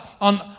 on